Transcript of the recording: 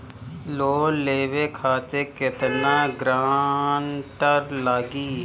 Loan लेवे खातिर केतना ग्रानटर लागी?